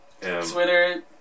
Twitter